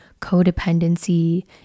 codependency